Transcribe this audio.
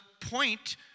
point